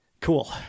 cool